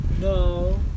No